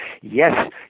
yes